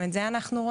גם את זה אנחנו רואים.